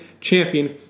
champion